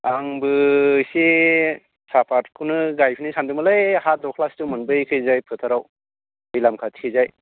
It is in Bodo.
आंबो एसे साहाफाटखौनो गायनो सान्दोंमोनलै हा दख्लासे दंमोन बैखिजाय फोथाराव दैलाम खाथि थिंजाय